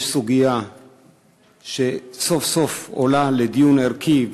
יש סוגיה שסוף-סוף עולה לדיון ערכי,